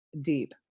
deep